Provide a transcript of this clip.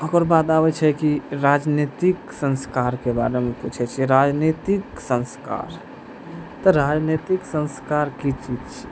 ओकर बाद आबै छै कि राजनीतिक संस्कारके बारेमे पूछै छै राजनीतिक संस्कार तऽ राजनीतिक संस्कार की चीज छै